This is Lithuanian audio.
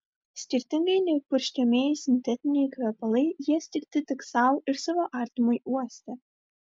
skirtingai nei purškiamieji sintetiniai kvepalai jie skirti tik sau ir savo artimui uosti